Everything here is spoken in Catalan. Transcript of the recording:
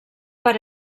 per